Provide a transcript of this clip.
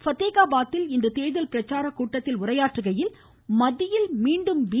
பத்தேஹாபாத்தில் இன்று தேர்தல் பிரச்சாரக் கூட்டத்தில் உரையாற்றுகையில் மத்தியில் மீண்டும் பி